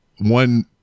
one